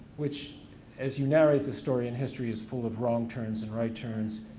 which as you narrate the story and history is full of wrong turns and right turns,